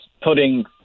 putting